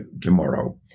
tomorrow